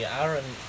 Aaron